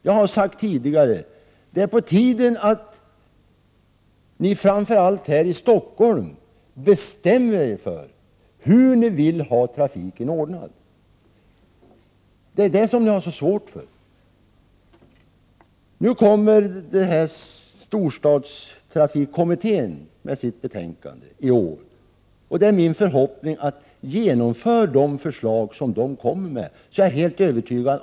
Jag har tidigare sagt att det är på tiden att framför allt ni i Stockholm bestämmer er för hur ni vill ha trafiken ordnad. Men det tycks vara väldigt svårt. Storstadstrafikkommittén kommer att lägga fram sitt betänkande senare i år. Det är min förhoppning att de förslag som där kommer att presenteras också kan förverkligas.